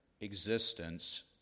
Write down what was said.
existence